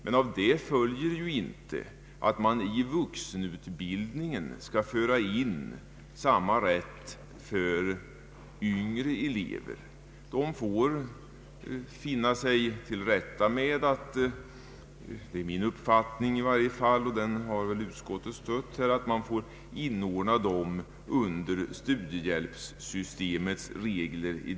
Men därav följer inte att man i vuxenutbildningen skall föra in samma rätt för yngre elever. De får finna sig till rätta med att de, i varje fall enligt min uppfattning, som utskottsmajoriteten har följt, måste inordnas under studiehjälpssystemets regler.